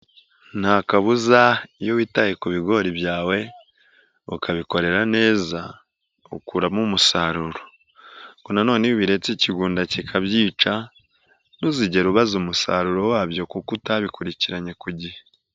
Nta kabuza iyo witaye ku bigori byawe ukabikorera neza ukuramo umusaruro, ariko nanone iyo ubiretse ikigunda kikabyica ntuzigere ubaza umusaruro wabyo kuko utabikurikiranye ku gihe.